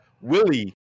Willie